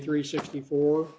three sixty four